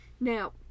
Now